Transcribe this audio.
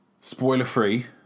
Spoiler-free